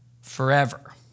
forever